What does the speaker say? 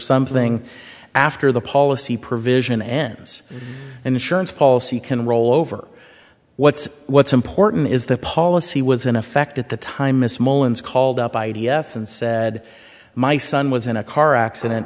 something after the policy provision ends and insurance policy can roll over what's what's important is the policy was in effect at the time miss mullins called up i d s and said my son was in a car accident